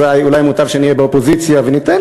אזי אולי מוטב שנהיה באופוזיציה וניתן